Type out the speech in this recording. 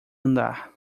andar